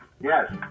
Yes